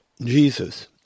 Jesus